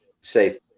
say